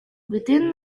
within